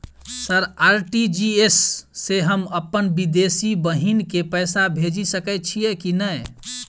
Sir RTGS सँ हम अप्पन विदेशी बहिन केँ पैसा भेजि सकै छियै की नै?